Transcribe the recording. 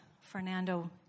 Fernando